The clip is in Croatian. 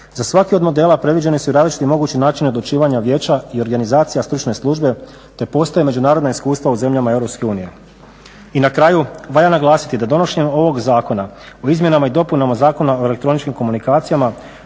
Za svaki od modela predviđeni su i različiti mogući načini odlučivanja vijeća i organizacija stručne službe, te postoje međunarodna iskustva u zemljama EU. I na kraju valja naglasiti da donošenjem ovog zakona o izmjenama i dopunama Zakona o elektroničkim komunikacijama